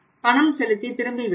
பணம் செலுத்தி திரும்பி விடுகிறோம்